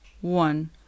one